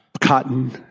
cotton